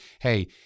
hey